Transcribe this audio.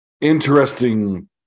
Interesting